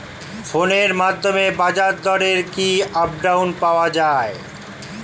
ফোনের মাধ্যমে বাজারদরের কি আপডেট পাওয়া যায়?